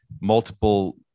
multiple